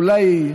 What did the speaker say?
אולי,